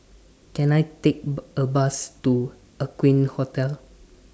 Can I Take A Bus to Aqueen Hotel